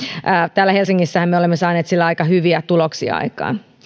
täällä helsingissähän me olemme saaneet sillä aika hyviä tuloksia aikaan